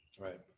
right